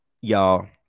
y'all